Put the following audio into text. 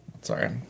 sorry